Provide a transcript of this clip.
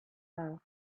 love